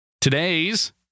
Today's